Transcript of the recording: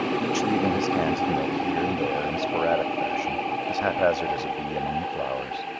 each leaving his cans of milk here and there in a sporadic fashion as haphazard as a bee among the flowers.